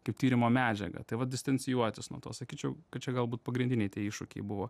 kaip tyrimo medžiagą tai va diferencijuotis nuo to sakyčiau kad čia galbūt pagrindiniai tie iššūkiai buvo